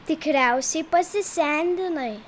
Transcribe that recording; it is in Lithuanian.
tikriausiai pasisendinai